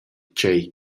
tgei